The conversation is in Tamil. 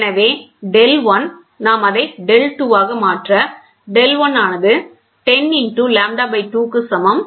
எனவே டெல் 1 நாம் அதை டெல் 2 ஆக மாற்ற டெல் 1 ஆனது 10 லாம்ப்டா 2 க்கு சமம்